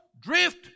drift